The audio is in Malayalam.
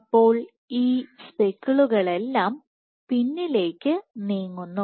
അപ്പോൾ ഈ സ്പെക്കിളുകളെല്ലാം പിന്നിലേക്ക് നീങ്ങുന്നു